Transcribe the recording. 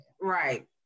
Right